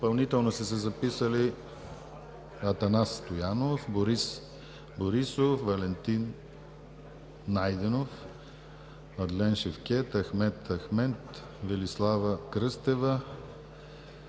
Допълнително са се записали Атанас Стоянов, Борис Борисов, Валентин Найденов, Адлен Шевкед, Ахмед Ахмед, Велислава Кръстева,